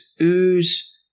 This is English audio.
ooze